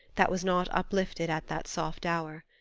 that was not uplifted at that soft hour.